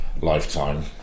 lifetime